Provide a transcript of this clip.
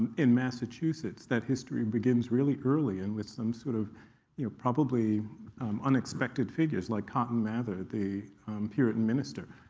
in massachusetts, that history begins really early and with some sort of you know probably unexpected figures like cotton mather, the puritan minister,